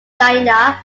lanier